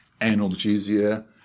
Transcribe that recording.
analgesia